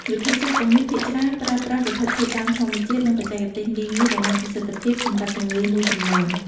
វិធីសាស្ត្រទាំងនេះភាគច្រើនប្រើប្រាស់វត្ថុធាតុដើមធម្មជាតិ និងបច្ចេកទេសងាយៗ ដែលមានប្រសិទ្ធភាពសម្រាប់ជំងឺមួយចំនួន។